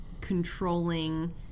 controlling